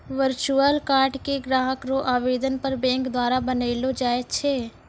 virtual card के ग्राहक रो आवेदन पर बैंक द्वारा बनैलो जाय छै